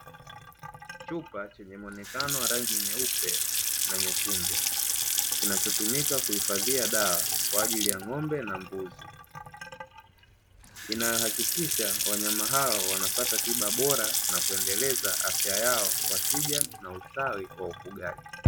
Chupa chenye muonekano wa rangi nyeupe na nyekundu, kinachotumika kuhifadhia dawa kwa ajili ya ng'ombe na mbuzi, inayohakikisha wanyama hao wanapata tiba bora na kuendeleza afya yao kwa tija na ustawi wa ufugaji.